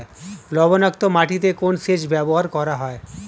লবণাক্ত মাটিতে কোন সেচ ব্যবহার করা হয়?